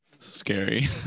Scary